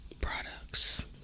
products